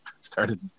started